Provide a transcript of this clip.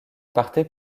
partait